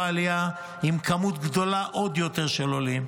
העלייה עם כמות גדולה עוד יותר של עולים,